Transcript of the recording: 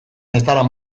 metala